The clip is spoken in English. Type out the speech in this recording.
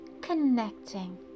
connecting